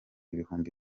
ibihumbi